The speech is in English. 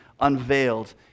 unveiled